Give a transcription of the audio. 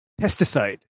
pesticide